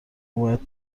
باید